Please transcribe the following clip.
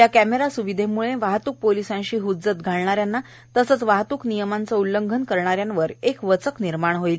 या कॅमेरा सुविधेमुळ वाहतूक पोलिसाशी ह्ज्जत घालणाऱ्यांना तसेच वाहतूक नियमांच उल्लंघन करण्यावर एक वचक निर्माण होईल